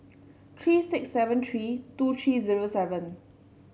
three six seven three two three zero seven